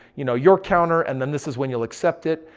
you know, your counter and then this is when you'll accept it.